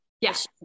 Yes